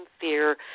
fear